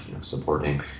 supporting